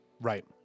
Right